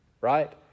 right